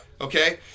okay